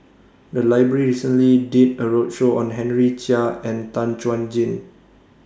The Library recently did A roadshow on Henry Chia and Tan Chuan Jin